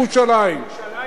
איפה הם יגורו?